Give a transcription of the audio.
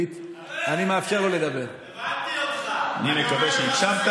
אני רוצה לומר לך שהדבר היחיד שצריך לשקול,